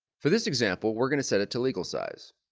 for this example we are going to set it to legal size.